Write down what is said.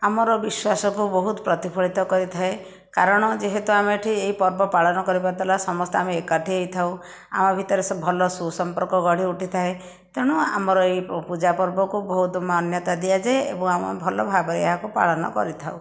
ଆମର ବିଶ୍ଵାସକୁ ବହୁତ ପ୍ରତିଫଳିତ କରିଥାଏ କାରଣ ଯେହେତୁ ଆମେ ଏଠି ଏହି ପର୍ବ ପାଳନ କରିପାରୁଥିଲେ ସମସ୍ତେ ଆମେ ଏକାଠି ହୋଇଥାଉ ଆମ ଭିତରେ ସେ ଭଲ ସୁସମ୍ପର୍କ ଗଢ଼ି ଉଠିଥାଏ ତେଣୁ ଆମର ଏହି ପୂଜା ପର୍ବକୁ ବହୁତ ମାନ୍ୟତା ଦିଆଯାଏ ଏବଂ ଆମେ ଭଲ ଭାବରେ ଏହାକୁ ପାଳନ କରିଥାଉ